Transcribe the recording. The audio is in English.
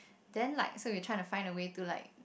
then like so we trying to find a way to like